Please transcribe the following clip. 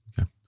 okay